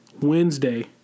Wednesday